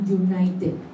united